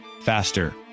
faster